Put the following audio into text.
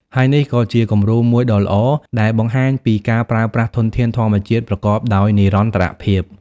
ហើយនេះក៏ជាគំរូមួយដ៏ល្អដែលបង្ហាញពីការប្រើប្រាស់ធនធានធម្មជាតិប្រកបដោយនិរន្តរភាព។